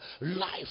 Life